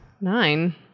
Nine